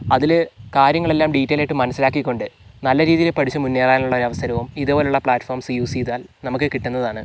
അതില് കാര്യങ്ങളെല്ലാം ഡീറ്റെയിൽ ആയിട്ട് മനസ്സിലാക്കിക്കൊണ്ട് നല്ല രീതിയിൽ പഠിച്ച് മുന്നേറാനുള്ള അവസരവും ഇതേപോലുള്ള പ്ലാറ്റ്ഫോംസ് യൂസ് ചെയ്താൽ നമുക്ക് കിട്ടുന്നതാണ്